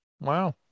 Wow